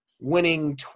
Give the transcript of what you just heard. winning –